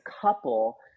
couple